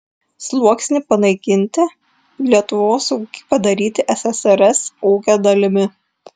sluoksnį panaikinti lietuvos ūkį padaryti ssrs ūkio dalimi